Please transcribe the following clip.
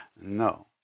No